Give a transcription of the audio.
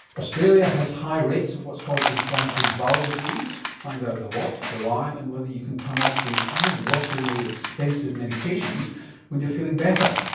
australia has high rates of what's called inflammatory bowel disease, find out the what, the why and whether you can come off the eye-wateringly expensive medications when you're feeling better.